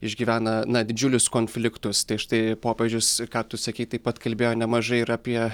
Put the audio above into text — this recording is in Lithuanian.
išgyvena na didžiulius konfliktus tai štai popiežius ką tu sakei taip pat kalbėjo nemažai ir apie